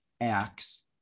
acts